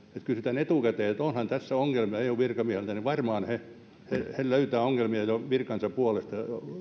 kysytään etukäteen eun virkamiehiltä että onhan tässä ongelmia niin varmaan he löytävät ongelmia jo virkansa puolesta